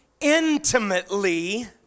intimately